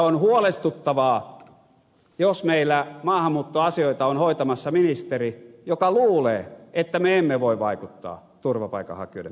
on huolestuttavaa jos meillä maahanmuuttoasioita on hoitamassa ministeri joka luulee että me emme voi vaikuttaa turvapaikanhakijoiden määrään